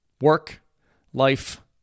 work-life